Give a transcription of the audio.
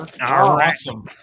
Awesome